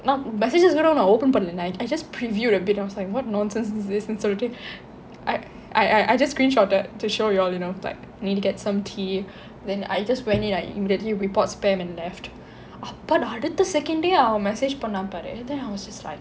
messages கூட நான்:kooda naan open பண்ணல:pannale I just previewed a bit I was like what nonsense is this ன்னு சொல்லிட்டு:nnu sollittu I I I just screenshotted to show you all you know like need to get some tea then I just went in I immediately report spam and left அப்ப அடுத்த:appa aduttha second ஏ அவன்:eh avan message பண்ணான் பாரு:pannaan paaru then I was just like